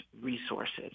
resources